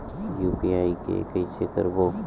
UPI के कइसे करबो?